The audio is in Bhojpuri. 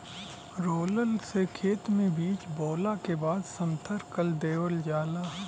रोलर से खेत में बीज बोवला के बाद समथर कर देवल जाला